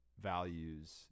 values